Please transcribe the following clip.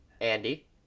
Andy